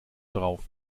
drauf